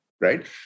right